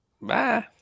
Bye